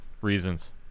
Reasons